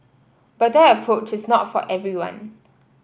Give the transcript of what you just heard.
but that approach is not for everyone